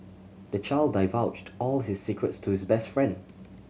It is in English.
the child divulged all his secrets to his best friend